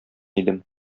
идем